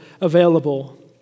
available